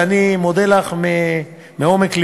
אז אני מודה לך מעומק לבי.